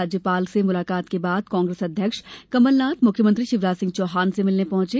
राज्यपाल से मुलाकात के बाद कांग्रेस अध्यक्ष कमलनाथ मुख्यमंत्री शिवराज सिंह से मिलने पहुंचे